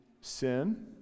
sin